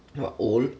what old